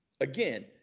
Again